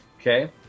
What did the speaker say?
Okay